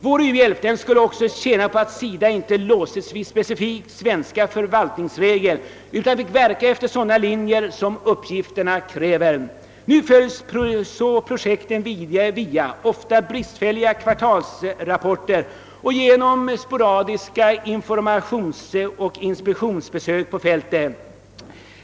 Vår u-hjälp skulle också tjäna på att SIDA inte låstes vid specifikt svenska förvaltningsregler utan finge verka efter de linjer uppgifterna kräver. Nu följs projekten ofta via bristfälliga kvartalsrapporter och genom sporadiska informationsoch inspektionsbesök på fältet.